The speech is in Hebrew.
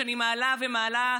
שאני מעלה ומעלה,